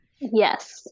yes